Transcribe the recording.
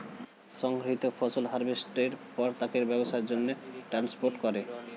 সংগৃহীত ফসল হারভেস্টের পর তাকে ব্যবসার জন্যে ট্রান্সপোর্ট করে